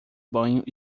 banho